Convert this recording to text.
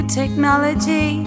technology